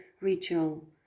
ritual